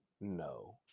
no